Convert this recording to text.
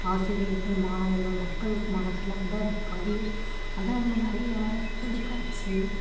ஆசிரியர்கள் மாணவர்கள் மக்களுக்கு மனசில் வந்த அது பதியும் அதுதான் நம்ம நிறையா தொலைக்காட்சி